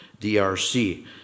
DRC